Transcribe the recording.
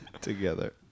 together